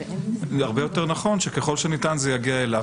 הרבה יותר נכון שככל שניתן זה יגיע אליו.